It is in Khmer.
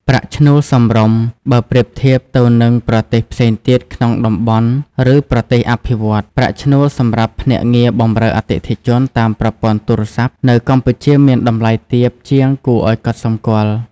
ប្រាក់ឈ្នួលសមរម្យ បើប្រៀបធៀបទៅនឹងប្រទេសផ្សេងទៀតក្នុងតំបន់ ឬប្រទេសអភិវឌ្ឍន៍ ប្រាក់ឈ្នួលសម្រាប់ភ្នាក់ងារបម្រើអតិថិជនតាមប្រព័ន្ធទូរស័ព្ទ នៅកម្ពុជាមានតម្លៃទាបជាងគួរឱ្យកត់សម្គាល់។